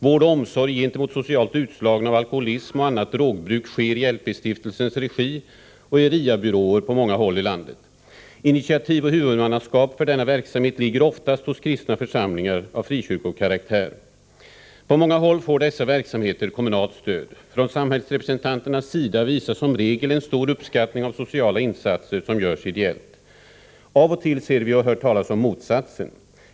Vård och omsorg gentemot av alkoholism och annat drogbruk socialt utslagna sker i LP-stiftelsens regi och i RIA-byråer på många håll i landet. Initiativ och huvudmannaskap för denna verksamhet ligger oftast hos kristna församlingar av frikyrkokaraktär. På många håll får dessa verksamheter kommunalt stöd. Från samhällsrepresentanternas sida visas som regel en stor uppskattning av sociala insatser som görs ideellt. Av och till ser vi och hör talas om motsatsen.